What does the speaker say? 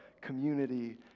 community